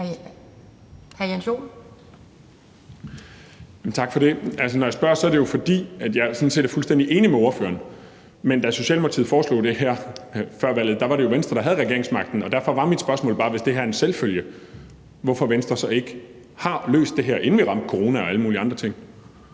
Tak for det. Altså, når jeg spørger, er det jo, fordi jeg sådan set er fuldstændig enig med ordføreren, men da Socialdemokratiet foreslog det her før valget, var det jo Venstre, der havde regeringsmagten, og derfor var mit spørgsmål bare: Hvis det her er en selvfølge, hvorfor har Venstre så ikke løst det her, inden vi ramte corona og alle mulige andre ting?